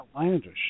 outlandish